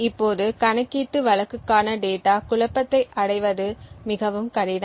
இப்போது கணக்கீட்டு வழக்குக்கான டேட்டா குழப்பத்தை அடைவது மிகவும் கடினம்